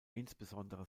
insbesondere